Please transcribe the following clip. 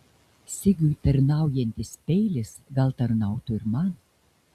sigiui tarnaujantis peilis gal tarnautų ir man